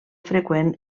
freqüent